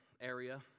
area